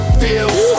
feels